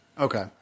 Okay